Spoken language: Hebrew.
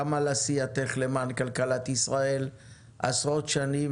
גם על עשייתך למען כלכלת ישראל עשרות שנים,